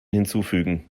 hinzufügen